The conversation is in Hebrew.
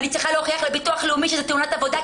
ואני צריכה להוכיח לביטוח הלאומי שזו תאונת עבודה,